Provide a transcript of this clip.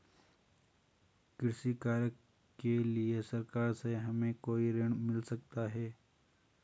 कृषि कार्य के लिए सरकार से हमें कोई ऋण मिल सकता है?